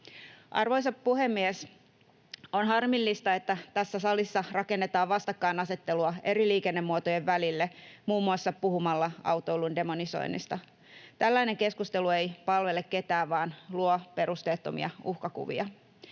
Arvoisa puhemies! On harmillista, että tässä salissa rakennetaan vastakkainasettelua eri liikennemuotojen välille muun muassa puhumalla autoilun demonisoinnista. Tällainen keskustelu ei palvele ketään vaan luo perusteettomia uhkakuvia.